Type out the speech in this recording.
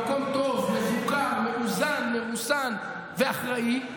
אנחנו במקום טוב, מבוקר, מאוזן, מרוסן ואחראי.